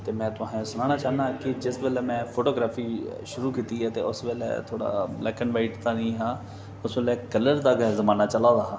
ते में तुसेंगी सनाना चाहन्ना कि जिस बेल्लै में फोटोग्राफी शुरू कीती ऐ ते उस बेल्लै थोह्ड़ा ब्लैक एण्ड वाईट दा नेईं हा उस बेल्लै कलर दा गै जमाना चलै दा हा